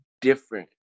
different